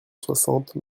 soixante